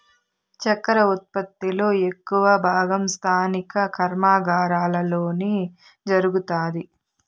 చక్కర ఉత్పత్తి లో ఎక్కువ భాగం స్థానిక కర్మాగారాలలోనే జరుగుతాది